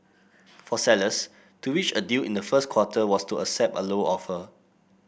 for sellers to reach a deal in the first quarter was to accept a lower offer